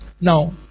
Now